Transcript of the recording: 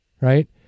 right